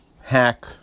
hack